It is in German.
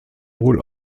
wohl